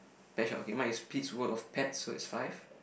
pet shop okay mine is Pete's World of Pets so its five